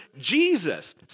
Jesus